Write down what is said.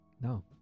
No